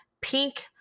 pink